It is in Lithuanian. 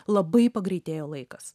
labai pagreitėjo laikas